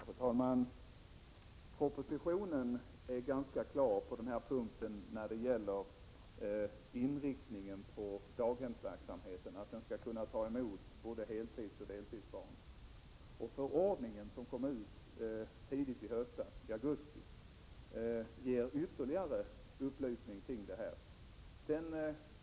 Fru talman! Propositionen är ganska klar när det gäller inriktningen av daghemsverksamheten — daghemmen skall kunna ta emot barn på både heloch deltid. Förordningen som kom ut tidigt i höstas, i augusti, ger ytterligare upplysning om detta.